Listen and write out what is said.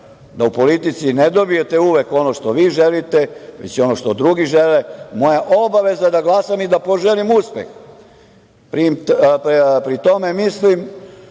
da u politici ne dobijete ono što vi želite, već ono što drugi žele, moja je obaveza da glasam i da poželim uspeh. Pri tome mislim